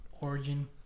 origin